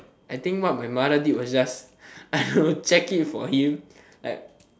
I think what my mother did was just I will check it for him I